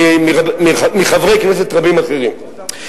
וחברי כנסת רבים אחרים.